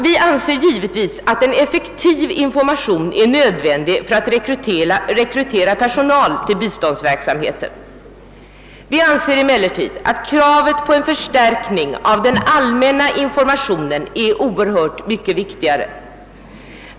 Vi anser givetvis att en effektiv information är nödvändig för att rekrytera personal till biståndsverksamheten. Men vi tycker att kravet på en förstärkning av den allmänna informationen är oerhört mycket viktigare.